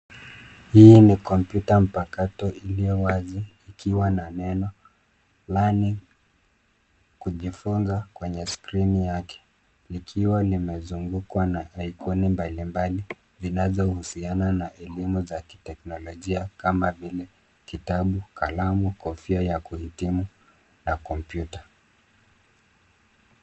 Huu ni kompyuta mpakato iliyo wazi ikiwa na neno learning kujifunza kwenye skrini yake likiwa limezungukwa na icon mbalimbali zinazohusiana na elimu ya kiteknolojia kama vile kitabu, kalamu, kofia ya kuhitimu na kompyuta.